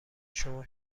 شما